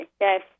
yes